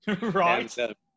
right